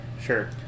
Sure